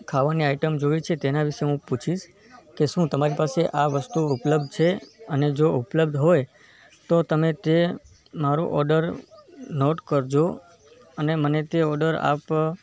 ખાવાની આઈટમ જોઇએ છે તેનાં વિશે હું પૂછીશ કે શું તમારી પાસે આ વસ્તુ ઉપલબ્ધ છે અને જો ઉપલબ્ધ હોય તો તમે તે મારો ઑર્ડર નોટ કરજો અને મને તે ઑર્ડર આપ